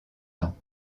temps